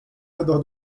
redor